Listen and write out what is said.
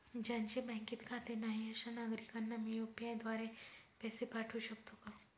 ज्यांचे बँकेत खाते नाही अशा नागरीकांना मी यू.पी.आय द्वारे पैसे पाठवू शकतो का?